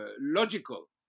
logical